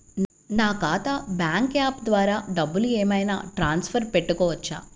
నా ఖాతా bank app ద్వారా డబ్బులు ఏమైనా ట్రాన్స్ఫర్ పెట్టుకోవచ్చా?